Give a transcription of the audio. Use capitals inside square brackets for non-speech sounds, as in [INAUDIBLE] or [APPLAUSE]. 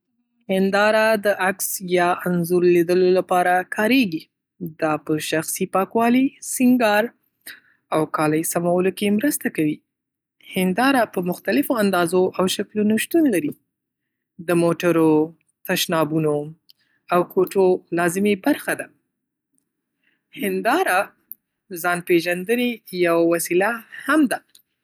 [NOISE] هنداره د عکس یا انځور لیدلو لپاره کارېږي. دا په شخصي پاکوالي، سینګار او کالي سمولو کې مرسته کوي. هندارې په مختلفو اندازو او شکلونو شتون لري. د موټرو، تشنابونو او کوټو لازمي برخه ده. هنداره ځان پېژندنې یو وسیله هم ده.